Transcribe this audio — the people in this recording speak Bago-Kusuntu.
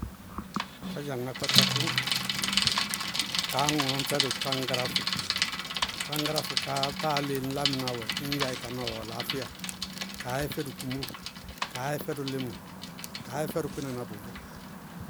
Kádzaŋá kpátákʋ, kaá ŋɔñ fɛdʋ táñgáráfʋ. Táñgáráfʋ ká báa léé ŋñlámɩná wɛ, ññ ya-ɩ ka ná ɔɔ laáfɩya. Kaá yɛ fɛdʋ komóo, kaá yɛ fɛdʋ lɩmɔ, kaá yɛ fɛdʋ kpɩnaná bʋ vʋʋ.